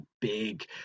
big